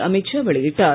அமீத் ஷா வெளியிட்டார்